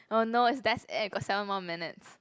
oh no that's it got seven more minutes